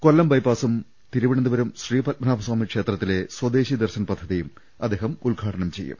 കൊല്ലം ബൈപ്പാസും തിരുവനന്തപുരം ശ്രീപദ്മനാഭ്സ്ഥാമി ക്ഷേത്ര ത്തിലെ സ്വദേശി ദർശൻ പദ്ധതിയും അദ്ദേഹം ഉദ്ഘാടനം ചെയ്യും